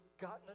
gotten